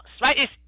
right